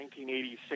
1986